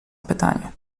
pytanie